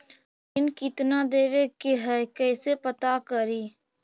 ऋण कितना देवे के है कैसे पता करी?